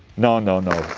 no no no,